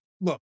look